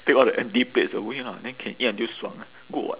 take all the empty plates away lah then can eat until 爽 ah good [what]